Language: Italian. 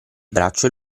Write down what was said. braccio